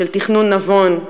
של תכנון נבון,